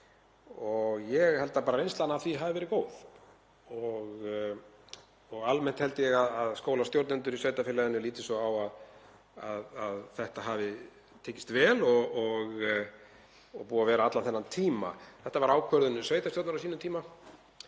og ég held að reynslan af því hafi verið góð og almennt held ég að skólastjórnendur í sveitarfélaginu líti svo á að þetta hafi tekist vel og búið að vera allan þennan tíma. Þetta var ákvörðun sveitarstjórnar á sínum tíma